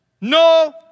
No